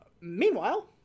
Meanwhile